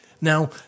Now